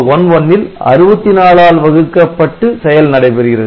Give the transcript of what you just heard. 011 ல் 64 ஆல் வகுக்கப்பட்டு செயல் நடைபெறுகிறது